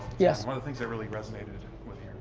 yes. one of the things that really resonated with